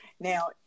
Now